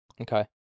Okay